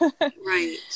Right